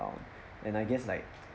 around and I guess like